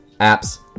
apps